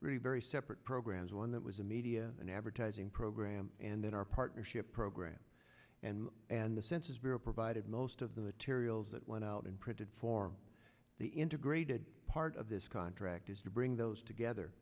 very very separate programs one that was a media and advertising program and then our partnership program and and the census bureau provided most of the materials that went out and printed for the integrated part of this contract is to bring those together